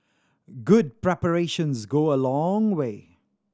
good preparations go a long way